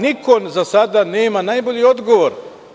Niko za sada nema najbolji odgovor.